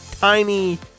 tiny